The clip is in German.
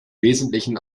wesentlichen